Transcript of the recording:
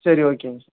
சரி ஓகேங்க சார்